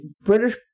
British